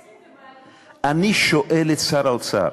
מקצצים 120 ומעלים, אני שואל את שר האוצר,